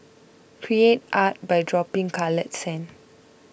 create art by dropping coloured sand